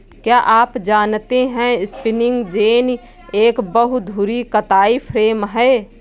क्या आप जानते है स्पिंनिंग जेनि एक बहु धुरी कताई फ्रेम है?